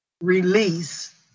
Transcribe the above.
release